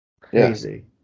Crazy